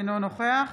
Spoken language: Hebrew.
אינו נוכח